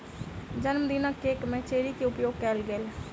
जनमदिनक केक में चेरी के उपयोग कएल गेल